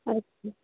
ਅੱਛਾ